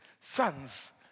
Sons